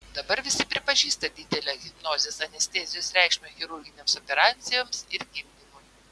dabar visi pripažįsta didelę hipnozės anestezijos reikšmę chirurginėms operacijoms ir gimdymui